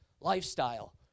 lifestyle